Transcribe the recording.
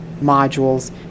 modules